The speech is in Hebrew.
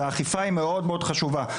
והאכיפה היא מאוד מאוד חשובה.